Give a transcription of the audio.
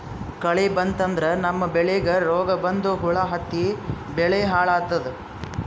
ಕಳಿ ಬಂತಂದ್ರ ನಮ್ಮ್ ಬೆಳಿಗ್ ರೋಗ್ ಬಂದು ಹುಳಾ ಹತ್ತಿ ಬೆಳಿ ಹಾಳಾತದ್